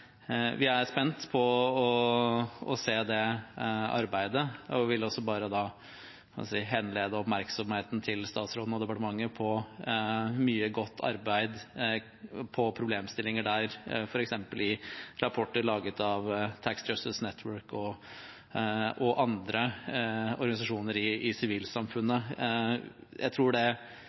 Vi er spent på å se det arbeidet. Så vil jeg bare henlede oppmerksomheten på statsråden og departementet, for det har blitt gjort mye godt arbeid, på problemstillinger der, f.eks. i rapporter laget av Tax Justice Network og andre organisasjoner i sivilsamfunnene. Hvis jeg skulle gitt statsråden et råd, tror jeg det